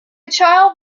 child